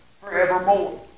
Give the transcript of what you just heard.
forevermore